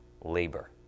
labor